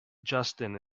justin